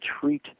treat